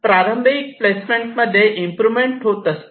प्रारंभिक प्लेसमेंट मध्ये इम्प्रोवमेंट होत असते